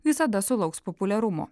visada sulauks populiarumo